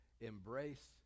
embrace